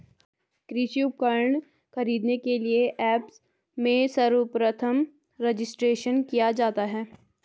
कृषि उपकरण खरीदने के लिए ऐप्स में सर्वप्रथम रजिस्ट्रेशन किया जाता है